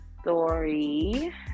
story